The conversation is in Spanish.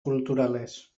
culturales